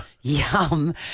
yum